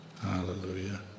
Hallelujah